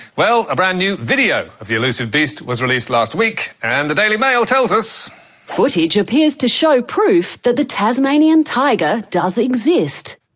well, a brand-new video of the elusive beast was released last week, and the daily mail tells us footage appears to show proof that the tasmanian tiger does exist.